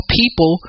people